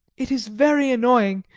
it is very annoying,